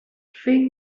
fake